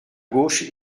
gauche